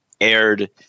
aired